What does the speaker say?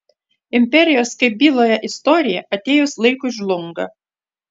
imperijos kaip byloja istorija atėjus laikui žlunga